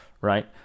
right